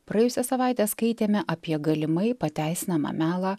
praėjusią savaitę skaitėme apie galimai pateisinamą melą